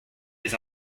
des